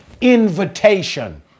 invitation